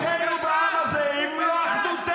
מה כוחנו בעם הזה אם לא אחדותנו.